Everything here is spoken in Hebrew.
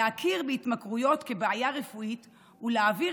להכיר בהתמכרויות כבעיה רפואית ולהעביר